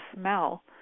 smell